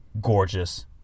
gorgeous